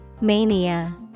Mania